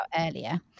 earlier